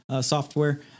software